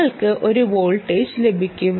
നിങ്ങൾക്ക് ഒരു വോൾട്ടേജ് ലഭിക്കും